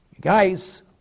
Guys